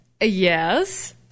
yes